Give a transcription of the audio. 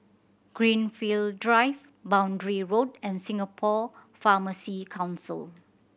Greenfield Drive Boundary Road and Singapore Pharmacy Council